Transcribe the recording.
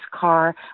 car